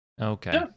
Okay